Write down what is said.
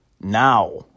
now